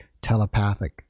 telepathic